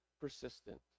persistent